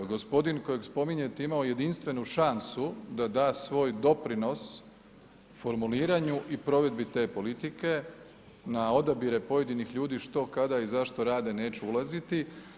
Gospodin kojeg spominjete imao je jedinstvenu šansu da da svoj doprinos formuliranju i provedbi te politike na odabire pojedinih ljudi, što kada i zašto rade neću ulaziti.